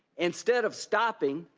instead of stopping,